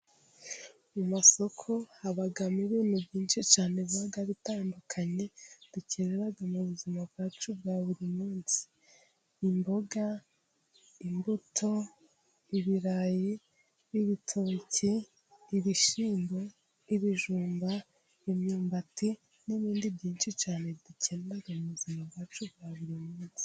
Mu masoko habamo ibintu byinshi cyane biba bitandukanye dukenera mu buzima bwacu bwa buri munsi imboga, imbuto, ibirayi n'ibitoke, ibishyimbo, ibijumba, imyumbati ,n'ibindi byinshi cyane dukenera mu buzima bwacu bwa buri munsi.